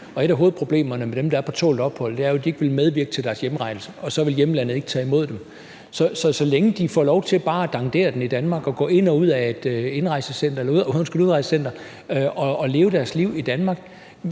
Et af hovedproblemerne med dem, der er på tålt ophold, er jo, at de ikke vil medvirke til deres hjemrejse, og så vil hjemlandet ikke tage imod dem. Så så længe de får lov til bare at dandere den i Danmark og gå ind og ud af et udrejsecenter og leve deres liv i Danmark,